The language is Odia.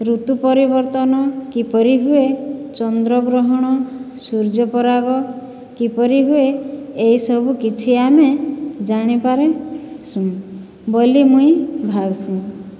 ଋତୁ ପରିବର୍ତ୍ତନ କିପରି ହୁଏ ଚନ୍ଦ୍ରଗ୍ରହଣ ସୂର୍ଯ୍ୟପରାଗ କିପରି ହୁଏ ଏହିସବୁ କିଛି ଆମେ ଜାଣିପାର୍ସୁଁ ବୋଲି ମୁଇଁ ଭାବ୍ସିଁ